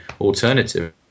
alternative